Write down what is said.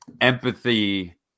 empathy